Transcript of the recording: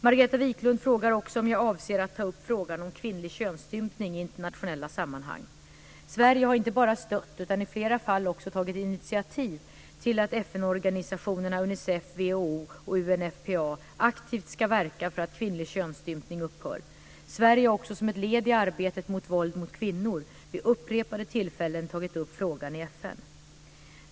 Margareta Viklund frågar också om jag avser att ta upp frågan om kvinnlig könsstympning i internationella sammanhang. Sverige har inte bara stött utan i flera fall också tagit initiativ till att FN-organisationerna UNICEF, WHO och UNFPA aktivt ska verka för att kvinnlig könsstympning upphör. Sverige har också som ett led i arbetet mot våld mot kvinnor vid upprepade tillfällen tagit upp frågan i FN.